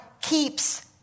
keeps